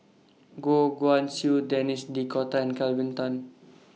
Goh Guan Siew Denis D'Cotta and Kelvin Tan